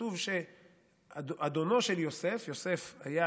כתוב שאדונו של יוסף, יוסף היה